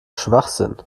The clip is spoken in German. schwachsinn